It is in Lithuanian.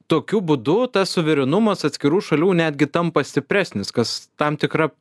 tokiu būdu tas suverenumas atskirų šalių netgi tampa stipresnis kas tam tikra